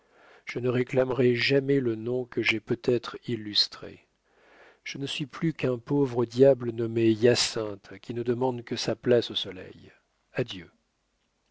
je ne réclamerai jamais le nom que j'ai peut-être illustré je ne suis plus qu'un pauvre diable nommé hyacinthe qui ne demande que sa place au soleil adieu